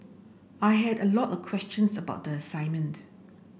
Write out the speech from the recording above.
I had a lot of questions about the assignment